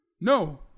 No